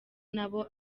nabo